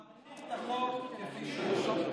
אין שינוי.